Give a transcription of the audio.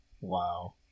Wow